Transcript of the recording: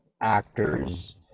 actors